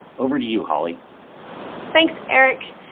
over to you holly thanks eric.